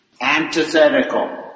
Antithetical